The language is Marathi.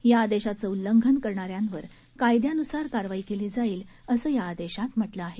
या आदेशाचं उल्लंघन करणार्यावर कायदयान्सार कारवाई केली जाईल असं या आदेशात म्हटलं आहे